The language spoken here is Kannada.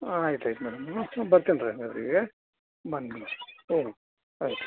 ಆಯ್ತು ಆಯ್ತು ಮೇಡಮ್ ಬರ್ತೀನಿ ರೀ ಬನ್ನಿ ಹಾಂ ಆಯ್ತು